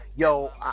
Yo